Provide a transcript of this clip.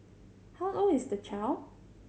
how old is the child